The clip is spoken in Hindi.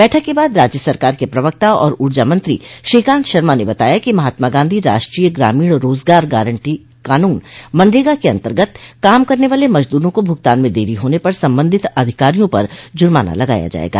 बैठक के बाद राज्य सरकार के प्रवक्ता और ऊर्जामंत्री श्रीकांत शर्मा ने बताया कि महात्मा गांधी राष्ट्रीय ग्रामीण रोजगार गारन्टी कानून मनरेगा के अन्तर्गत काम करने वाले मजदूरा को भुगतान में देरी होने पर संबंधित अधिकारियों पर जुर्माना लगाया जायेगा